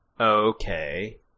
Okay